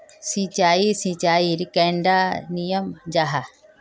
सिंचाई सिंचाईर कैडा नियम जाहा?